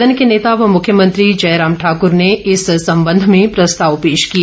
संदन के नेता व मुख्यमंत्री जयराम ठाकूर ने इस संबंध में प्रस्ताव पेश किए